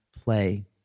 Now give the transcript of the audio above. play